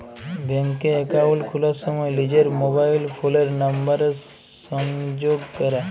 ব্যাংকে একাউল্ট খুলার সময় লিজের মবাইল ফোলের লাম্বারের সংগে যগ ক্যরা